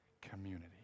community